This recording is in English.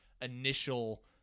initial